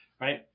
right